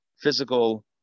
physical